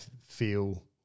feel